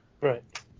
Right